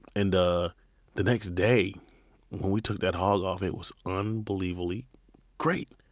and the the next day when we took that hog off, it was unbelievably great.